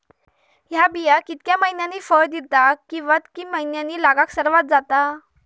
हया बिया कितक्या मैन्यानी फळ दिता कीवा की मैन्यानी लागाक सर्वात जाता?